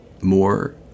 more